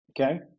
Okay